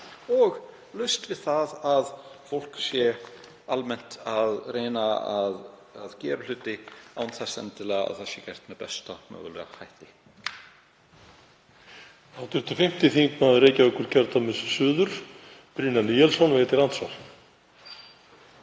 og laust við það að fólk sé almennt að reyna að gera hluti án þess að það sé gert með besta mögulega hætti?